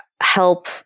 help